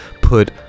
put